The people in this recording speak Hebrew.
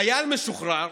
חייל משוחרר